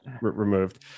removed